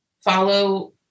follow –